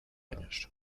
años